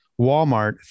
Walmart